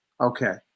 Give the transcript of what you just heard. Okay